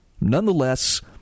nonetheless